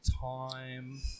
time